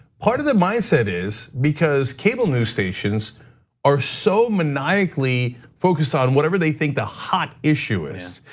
part of the mindset is because cable news stations are so maniacally focused on whatever they think the hot issue and is.